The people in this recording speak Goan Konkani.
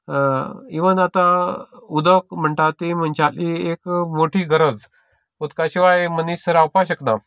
इवन आतां उदक म्हणटा की मनशाची एक मोठी गरज उदका शिवाय मनीस रावपाक शकना